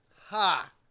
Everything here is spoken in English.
Ha